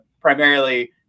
primarily